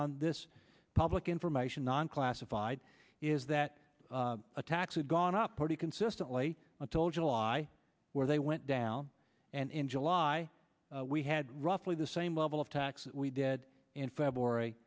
on this public information non classified is that the attacks have gone up pretty consistently until july where they went down and in july we had roughly the same level of tax that we did in february